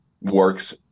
works